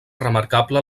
remarcable